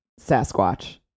sasquatch